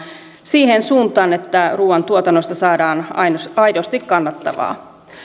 siihen suuntaan että ruuantuotannosta saadaan aidosti aidosti kannattavaa